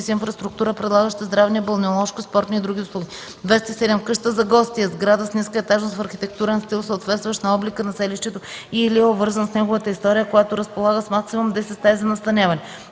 инфраструктура, предлагаща здравни, балнеоложки, спортни и други услуги. 27. „Къща за гости” е сграда с ниска етажност в архитектурен стил, съответстващ на облика на селището и/или е обвързан с неговата история, която разполага с максимум 10 стаи за настаняване.